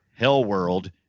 Hellworld